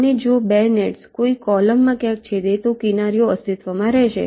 અને જો 2 નેટ્સ કોઈ કૉલમમાં ક્યાંક છેદે તો કિનારીઓ અસ્તિત્વમાં રહેશે